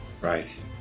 Right